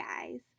guys